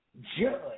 judge